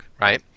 right